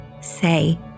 say